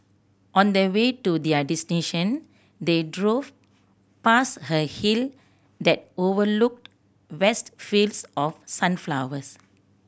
on the way to their destination they drove past a hill that overlooked vast fields of sunflowers